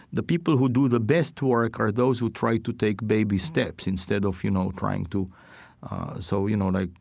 the people who do the best work are those who try to take baby steps instead of you know trying to so, you know, like,